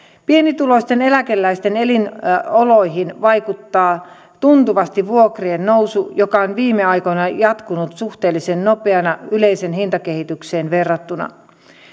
pienituloisten eläkeläisten elinoloihin vaikuttaa tuntuvasti vuokrien nousu joka on viime aikoina jatkunut suhteellisen nopeana yleiseen hintakehitykseen verrattuna